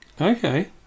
Okay